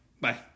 Bye